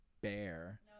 bear